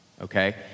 okay